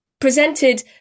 presented